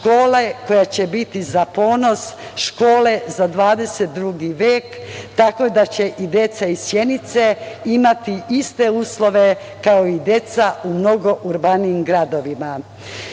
škola koja će biti za ponos, škole za 22. vek, tako da će i deca iz Sjenice imati iste uslove kao i deca u mnogo urbanijim gradovima. Ne